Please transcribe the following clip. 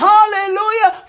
Hallelujah